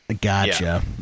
Gotcha